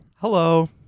hello